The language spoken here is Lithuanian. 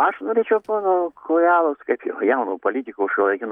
aš norėčiau pono kojalos kaip jau jauno politiko šiuolaikinio